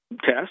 test